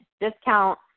Discount